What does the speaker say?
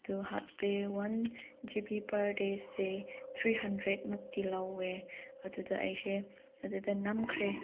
ꯑꯗꯨ ꯍꯥꯄꯄꯦ one G B per ꯗꯦꯁꯦ ꯊ꯭ꯔꯤ ꯍꯟꯗ꯭ꯔꯦꯗꯃꯨꯛꯇꯤ ꯂꯧꯏ ꯑꯗꯨꯗ ꯑꯩꯁꯦ ꯑꯗꯨꯗ ꯅꯝꯈ꯭ꯔꯦ